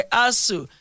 asu